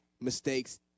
mistakes